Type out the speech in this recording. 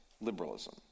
liberalism